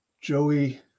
joey